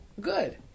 Good